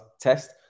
test